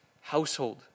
household